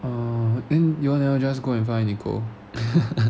oh then you all never just go and find nicole